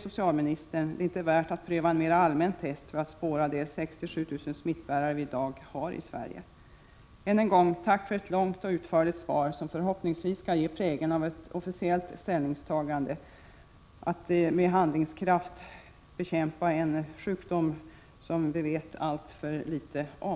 socialministern inte anser det värt att pröva en mera allmän test för att spåra de 6 000—7 000 smittbärare vi i dag har i Sverige. Än en gång: Tack för ett långt och utförligt svar, som förhoppningsvis skall kunna anses ha prägeln av ett officiellt ställningstagande när det gäller att med handlingskraft bekämpa en sjukdom som vi vet alltför litet om!